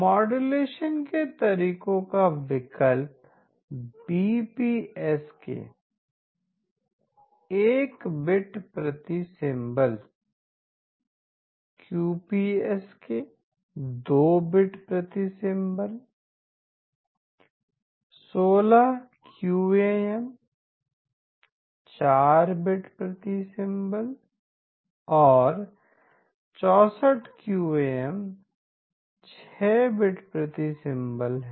modulation के तरीकों के विकल्प BPSK बीपीएसके one bit per symbol एक बिट प्रति सिंबॉल यूपीएस के दो बिट प्रति सिंबॉल 16 यूएएम 4 बिट प्रति सिंबॉल और 64 qam 6 बिट प्रति सिंबॉल हैं